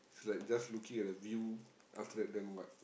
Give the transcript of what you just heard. it's like just looking at the view after that then what